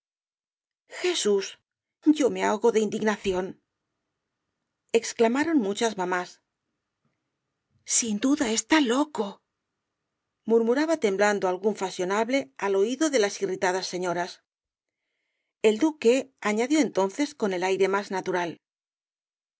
jesús yo me ahogo de indignación exclamaron muchas mamas sin duda está loco murmuraba temblando algún fashionable al oído de las irritadas señoras el duque añadió entonces con el aire más natural